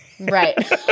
Right